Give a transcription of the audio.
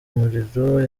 umuriro